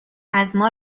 ازما